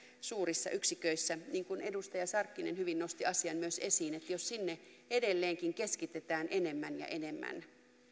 suurissa yksiköissä niin kuin edustaja sarkkinen hyvin nosti asian myös esiin jos sinne edelleenkin keskitetään enemmän ja enemmän